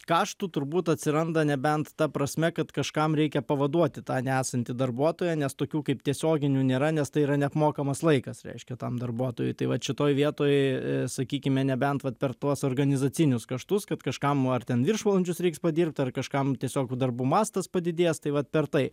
kaštų turbūt atsiranda nebent ta prasme kad kažkam reikia pavaduoti tą nesantį darbuotoją nes tokių kaip tiesioginių nėra nes tai yra neapmokamas laikas reiškia tam darbuotojui tai vat šitoj vietoj sakykime nebent vat per tuos organizacinius kaštus kad kažkam ar ten viršvalandžius reiks padirbt ar kažkam tiesiog darbų mastas padidės tai vat per tai